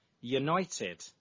United